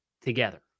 together